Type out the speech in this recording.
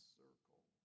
circle